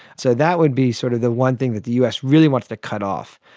so that would be sort of the one thing that the us really wants to cut off,